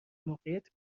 موقعیت